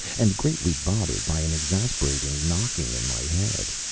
and greatly bothered by an exasperating knocking in my head.